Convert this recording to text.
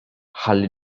ħalli